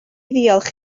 ddiolch